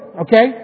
okay